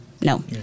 No